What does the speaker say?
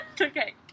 Okay